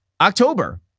October